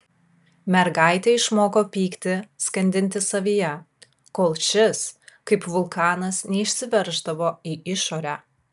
mergaitė išmoko pyktį skandinti savyje kol šis kaip vulkanas neišsiverždavo į išorę